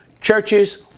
churches